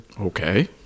okay